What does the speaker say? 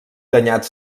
danyat